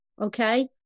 okay